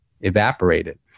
evaporated